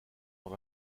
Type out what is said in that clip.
dans